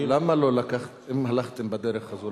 אם הלכתם בדרך הזו,